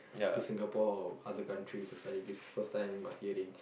to Singapore other country to study this first time I hearing